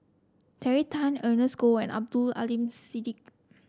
Terry Tan Ernest Goh and Abdul Aleem Siddique